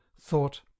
thought